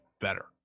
better